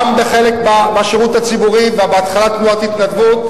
גם בשירות הציבורי, ובהתחלת תנועת התנדבות.